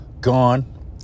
Gone